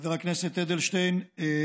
חבר הכנסת אדלשטיין,